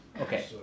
okay